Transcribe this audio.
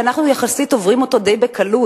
שאנחנו יחסית עוברים אותו די בקלות,